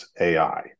AI